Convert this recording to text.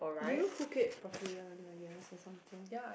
do you hook it properly on your ears or something